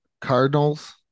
Cardinals